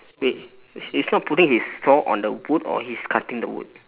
wait he's not putting his saw on the wood or he's cutting the wood